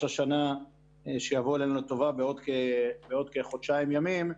השנה שיבוא עלינו לטובה בעוד כחודשיים ימים,